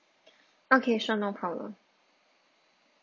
okay sure no problem